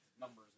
Numbers